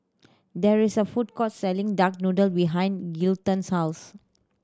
there is a food court selling duck noodle behind Glendon's house